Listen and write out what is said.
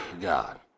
God